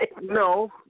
No